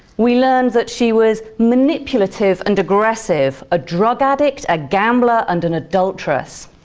we learned that she was manipulative and aggressive, a drug addict, a gambler and an adulteress.